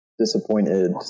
disappointed